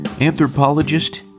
anthropologist